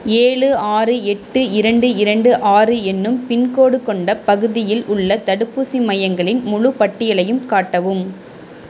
ஏழு ஆறு எட்டு இரண்டு இரண்டு ஆறு என்னும் பின்கோடு கொண்ட பகுதியில் உள்ள தடுப்பூசி மையங்களின் முழுப் பட்டியலையும் காட்டவும்